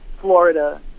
florida